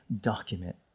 document